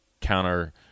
counter